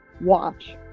watch